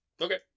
Okay